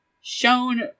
shown